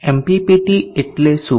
MPPT એટલે શું